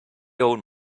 own